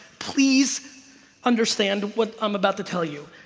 please understand what i'm about to tell you